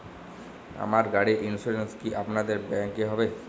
আমার গাড়ির ইন্সুরেন্স কি আপনাদের ব্যাংক এ হবে?